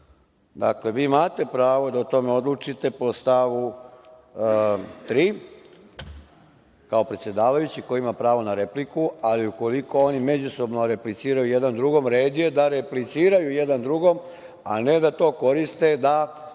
Dakle, vi imate pravo da o tome odlučite po stavu 3, kao predsedavajući, ko ima pravo repliku, ali ukoliko oni međusobno repliciraju jedan drugom, red je da repliciraju jedan drugom, a ne da to koriste da